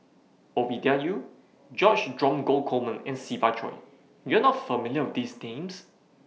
Ovidia Yu George Dromgold Coleman and Siva Choy YOU Are not familiar with These Names